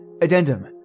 Addendum